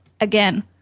again